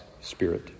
Spirit